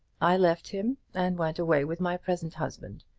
i left him, and went away with my present husband.